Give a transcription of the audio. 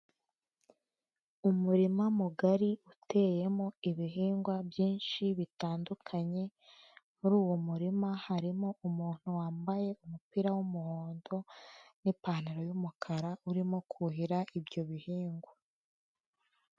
Umurima mugari uteyemo ibihingwa byinshi bitandukanye, muri uwo murima harimo umuntu wambaye umupira w'umuhondo n'ipantaro y'umukara urimo kuhira ibyo bihingwa.